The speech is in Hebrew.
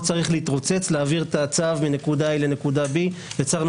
צריך להתרוצץ ולהעביר את הצו מנקודה A לנקודה B; יצרנו